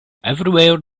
everywhere